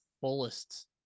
fullest